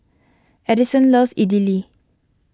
Edison loves Idili